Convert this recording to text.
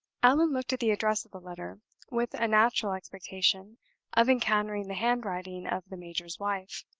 allan looked at the address of the letter with a natural expectation of encountering the handwriting of the major's wife.